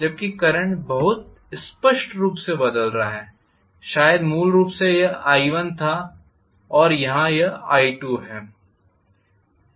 जबकि करंट बहुत स्पष्ट रूप से बदल रहा है शायद मूल रूप से यह i1था और यहां यह i2 है